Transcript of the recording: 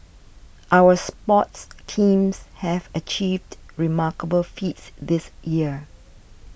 our sports teams have achieved remarkable feats this year